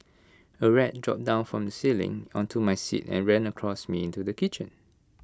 A rat dropped down from ceiling onto my seat and ran across me to the kitchen